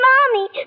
Mommy